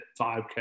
5k